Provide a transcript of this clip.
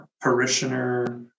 parishioner